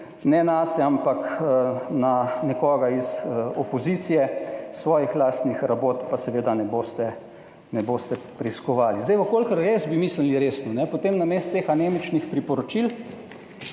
ne nase, ampak na nekoga iz opozicije. Svojih lastnih rabot pa seveda ne boste preiskovali. Zdaj, v kolikor res bi mislili resno, potem namesto teh anemičnih priporočil